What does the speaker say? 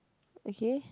okay